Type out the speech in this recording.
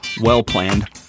well-planned